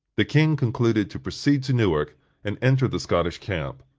the king concluded to proceed to newark and enter the scottish camp.